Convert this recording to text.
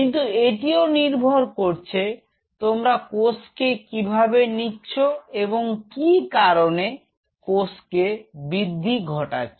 কিন্তু এটিও নির্ভর করছে তোমরা কোষকে কিভাবে নিচ্ছ এবং কি কারণে কোষকে বৃদ্ধি ঘটাচ্ছ